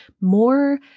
more